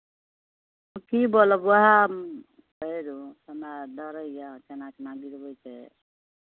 कि बोलब उएह हमरा डर होइए केना केना गिरबै छै